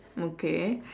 okay